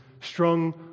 strung